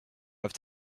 i’ve